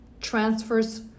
Transfers